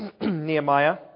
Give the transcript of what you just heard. Nehemiah